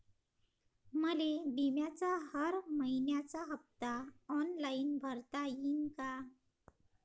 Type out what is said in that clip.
मले बिम्याचा हर मइन्याचा हप्ता ऑनलाईन भरता यीन का?